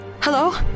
Hello